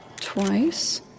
twice